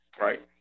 right